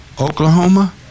Oklahoma